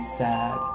sad